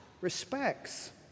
respects